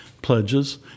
pledges